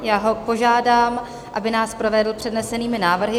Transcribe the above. Já ho požádám, aby nás provedl přednesenými návrhy.